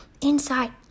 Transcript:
inside